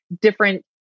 different